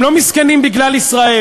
הם לא מסכנים בגלל ישראל,